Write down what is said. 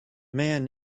man